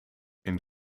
een